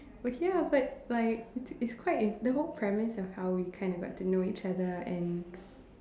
we're here after like it's it's quite the whole premise of how we kind of got to know each other and